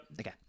Okay